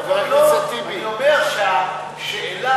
אני אומר שהשאלה,